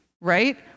right